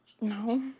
No